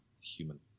human